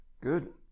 Good